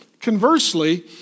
conversely